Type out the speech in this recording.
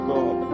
God